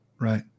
Right